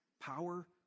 power